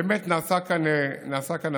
באמת נעשה כאן המקסימום